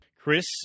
Chris